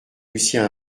lucien